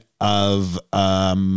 of-